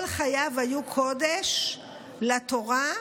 כל חייו היו קודש לתורה,